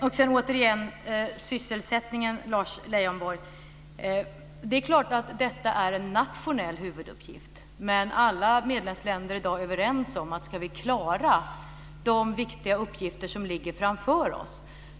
Återigen till sysselsättningen, Lars Leijonborg. Det är klart att det är en nationell huvuduppgift. Men alla medlemsländer är i dag överens om att vi också måste ha ett mellanstatligt samarbete för att klara de viktiga uppgifter som ligger framför oss.